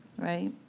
Right